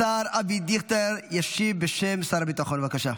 השר אבי דיכטר ישיב בשם שר הביטחון, בבקשה.